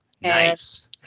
nice